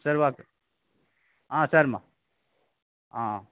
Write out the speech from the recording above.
சரி ஒகே சரிமா